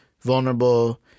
vulnerable